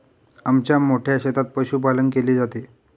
आमच्या मोठ्या शेतात पशुपालन केले जाते